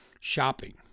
Shopping